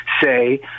say